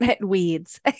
weeds